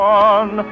one